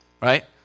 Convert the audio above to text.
Right